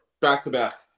Back-to-back